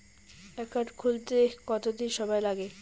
Account খুলতে কতদিন সময় লাগে?